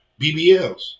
BBLs